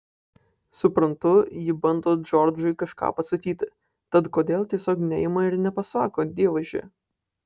suprantu ji bando džordžui kažką pasakyti tad kodėl tiesiog neima ir nepasako dievaži